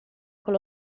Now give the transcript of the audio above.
con